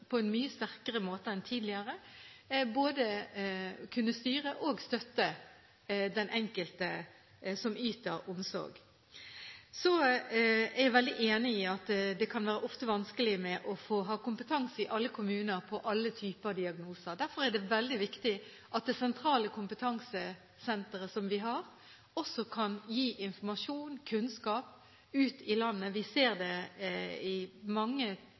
både styre og støtte den enkelte som yter omsorg. Så er jeg veldig enig i at det ofte kan være vanskelig å ha kompetanse i alle kommuner på alle typer diagnoser. Derfor er det veldig viktig at det sentrale kompetansesenteret vi har, også kan gi informasjon og kunnskap ut i landet. Vi ser det i mange